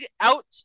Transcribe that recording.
out